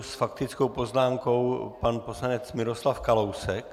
S faktickou poznámkou pan poslanec Miroslav Kalousek.